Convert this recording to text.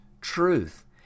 truth